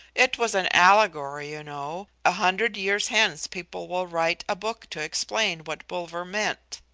it was an allegory, you know. a hundred years hence people will write a book to explain what bulwer meant.